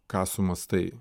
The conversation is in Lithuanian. ką sumąstai